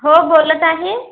हो बोलत आहे